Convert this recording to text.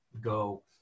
go